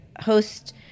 host